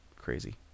crazy